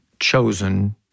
chosen